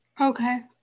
Okay